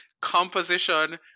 composition